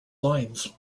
lines